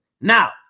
Now